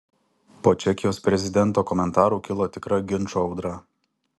po čekijos prezidento komentarų kilo tikra ginčų audra